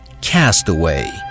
Castaway